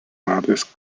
metais